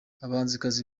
abahanzikazi